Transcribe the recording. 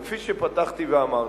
וכפי שפתחתי ואמרתי,